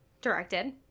directed